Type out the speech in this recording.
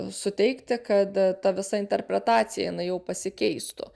suteikti kad ta visa interpretacija jinai jau pasikeistų